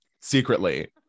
Secretly